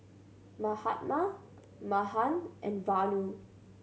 Mahatma Mahan and Vanu